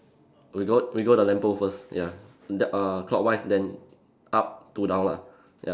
we go we go the lamp pole first ya the uh clockwise then up to down lah ya